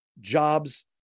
jobs